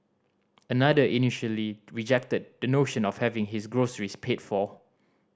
another initially rejected the notion of having his groceries paid for